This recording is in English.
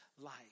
life